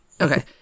Okay